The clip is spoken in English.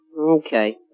Okay